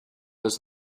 was